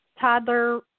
toddler